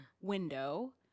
window